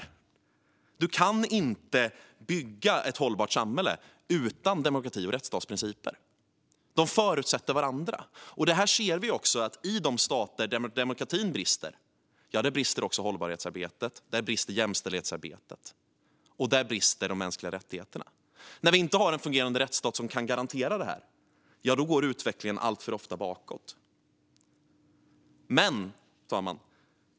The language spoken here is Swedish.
Man kan inte bygga ett hållbart samhälle utan demokrati och rättsstatsprinciper. De förutsätter varandra. Vi ser också att i de stater där demokratin brister, där brister också hållbarhetsarbetet, där brister jämställdhetsarbetet och där brister de mänskliga rättigheterna. När man inte har en fungerande rättsstat som kan garantera detta går utvecklingen alltför ofta bakåt. Fru talman!